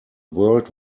world